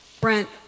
Brent